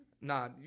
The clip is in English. Nah